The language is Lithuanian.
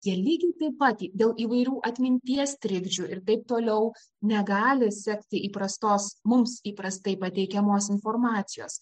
jie lygiai pat dėl įvairių atminties trikdžių ir taip toliau negali sekti įprastos mums įprastai pateikiamos informacijos